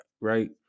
right